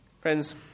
Friends